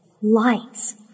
Lights